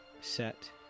set